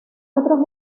otros